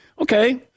okay